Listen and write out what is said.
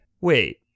Wait